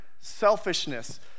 selfishness